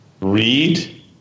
read